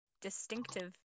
distinctive